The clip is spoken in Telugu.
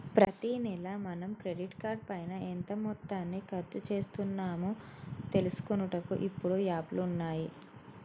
ప్రతి నెల మనం క్రెడిట్ కార్డు పైన ఎంత మొత్తాన్ని ఖర్చు చేస్తున్నాము తెలుసుకొనుటకు ఇప్పుడు యాప్లు ఉన్నాయి